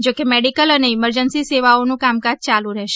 જો કે મેડીકલ અને ઇમરજન્સી સેવાઓનું કામકાજ ચાલુ જ રેહશે